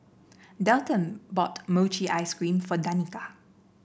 Dalton bought Mochi Ice Cream for Danika